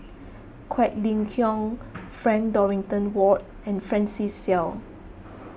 Quek Ling Kiong Frank Dorrington Ward and Francis Seow